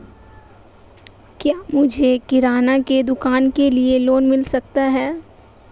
क्या मुझे किराना की दुकान के लिए लोंन मिल सकता है?